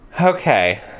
okay